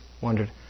wondered